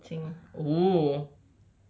how do you think oo